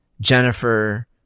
jennifer